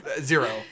zero